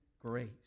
grace